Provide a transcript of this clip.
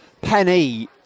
Penny